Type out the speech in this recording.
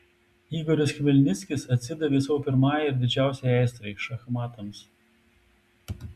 igoris chmelnickis atsidavė savo pirmajai ir didžiausiai aistrai šachmatams